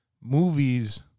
movies